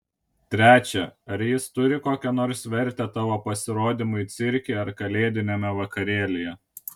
trečia ar jis turi kokią nors vertę tavo pasirodymui cirke ar kalėdiniame vakarėlyje